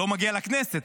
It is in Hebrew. לא מגיע לכנסת,